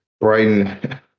Brighton